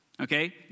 Okay